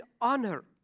honor